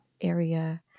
area